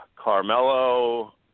Carmelo